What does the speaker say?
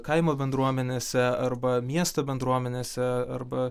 kaimo bendruomenėse arba miesto bendruomenėse arba